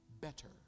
better